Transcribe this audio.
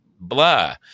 blah